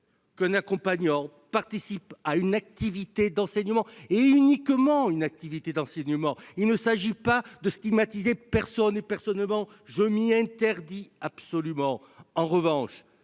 qu'un accompagnant participe à une activité d'enseignement, et uniquement à une activité d'enseignement. Il ne s'agit pas de stigmatiser qui que ce soit- et, personnellement, je m'y refuse absolument ! En revanche,